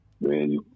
man